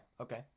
okay